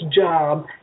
job